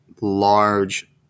large